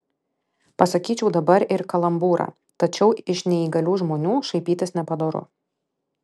pasakyčiau dabar ir kalambūrą tačiau iš neįgalių žmonių šaipytis nepadoru